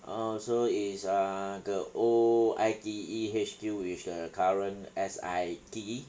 oh so it's err the old I_T_E H_Q which the current S_I_T